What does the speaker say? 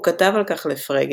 הוא כתב על כך לפרגה,